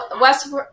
West